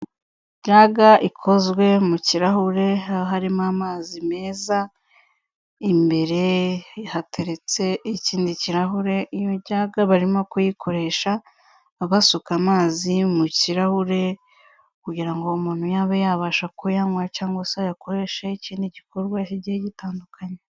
Ijaga ikozwe mu kirahure, aho harimo amazi meza. Imbere hateretse ikindi kirahure. Iyo jaga barimo kuyikoresha basuka amazi mu kirahure, kugira ngo umuntu abe yabasha kuyanywa cyangwa se ayakoreshe ikindi gikorwa kigiye gitandukanye.